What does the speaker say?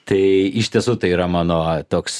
tai iš tiesų tai yra mano toks